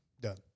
done